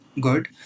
good